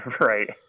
Right